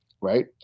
right